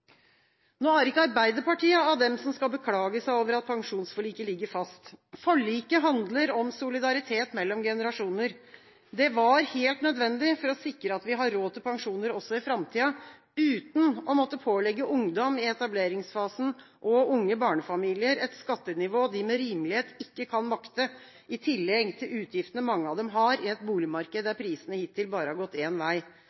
Nå er ikke Arbeiderpartiet av dem som skal beklage seg over at pensjonsforliket ligger fast. Forliket handler om solidaritet mellom generasjoner. Det var helt nødvendig for å sikre at vi har råd til pensjoner også i framtida, uten å måtte pålegge ungdom i etableringsfasen og unge barnefamilier et skattenivå de med rimelighet ikke kan makte, i tillegg til utgiftene mange av dem har i et boligmarked